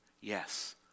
Yes